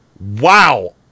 Wow